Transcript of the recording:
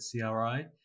CRI